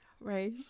Right